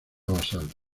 basal